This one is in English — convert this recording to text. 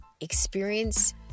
experience